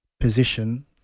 position